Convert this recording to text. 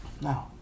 No